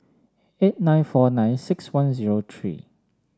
eight nine four nine six one zero three